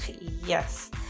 Yes